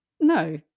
no